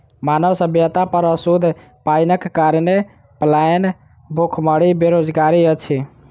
मानव सभ्यता पर अशुद्ध पाइनक कारणेँ पलायन, भुखमरी, बेरोजगारी अछि